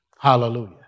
Hallelujah